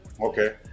Okay